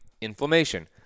inflammation